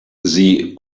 sie